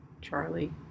Charlie